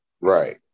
Right